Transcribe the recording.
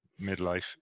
midlife